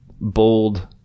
bold